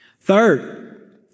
Third